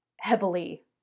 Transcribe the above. heavily